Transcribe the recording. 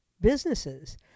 businesses